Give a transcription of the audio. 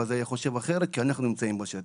היה חושב אחרת כי אנחנו נמצאים בשטח.